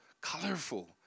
colorful